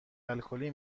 الکلی